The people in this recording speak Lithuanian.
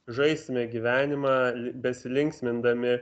žaisime gyvenimą besilinksmindami